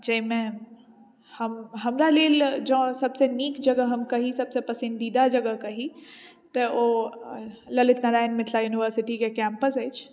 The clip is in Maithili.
जाहिमे हम हमरा लेल जँ सभसँ नीक जगह हम कही सभसँ पसन्दीदा जगह कही तऽ ओ ललित नारायण मिथिला यूनिवर्सिटीके कैम्पस अछि